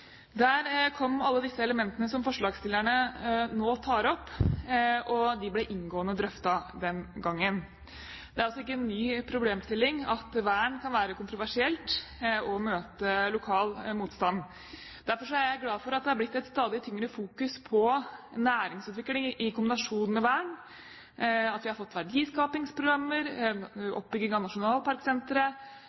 Der kom alle disse elementene som forslagsstillerne nå tar opp, og de ble inngående drøftet den gangen. Det er altså ikke en ny problemstilling at vern kan være kontroversielt og møte lokal motstand. Derfor er jeg glad for at det har blitt et stadig tyngre fokus på næringsutvikling i kombinasjon med vern, at vi har fått verdiskapingsprogrammer, oppbygging av